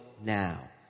now